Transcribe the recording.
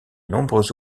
nombreux